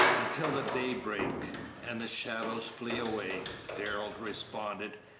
until the day break and the shadows flee away darrell responded,